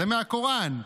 זה מהקוראן.